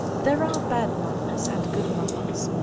there are bad novels and good novels,